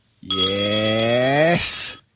Yes